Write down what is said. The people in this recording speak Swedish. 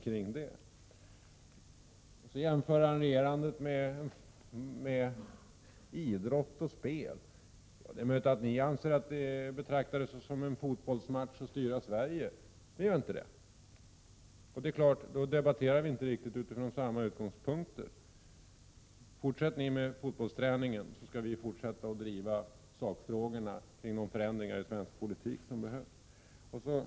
Bo Nilsson jämför regerande med idrott och spel. Det är möjligt att ni betraktar det såsom en fotbollsmatch att styra Sverige. Det Prot. 1987/88:99 gör inte vi. Och då debatterar vi inte riktigt utifrån samma utgångspunkt. 13 april 1988 Fortsätt ni med fotbollsträningen, så skall vi fortsätta att driva sakfrågorna kring de förändringar som behövs i svensk politik. Herr talman!